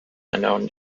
unknown